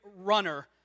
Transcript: runner